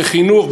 בחינוך,